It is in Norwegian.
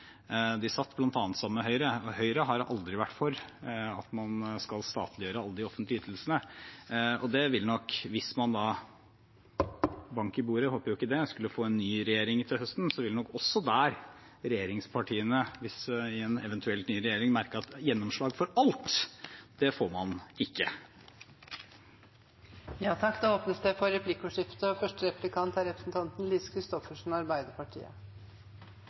De satt bl.a. sammen med Høyre, og Høyre har aldri vært for at man skal statliggjøre alle de offentlige ytelsene. Og hvis man – bank i bordet, jeg håper jo ikke det – skulle få en ny regjering til høsten, vil nok også regjeringspartiene i en eventuell ny regjering merke at gjennomslag for alt får man ikke. Det blir replikkordskifte. Jeg tenkte jeg skulle starte med et sitat: «Vi har flere ganger i denne sal stilt spørsmål ved hvordan Nav styres. Nav er